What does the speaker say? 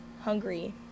hungry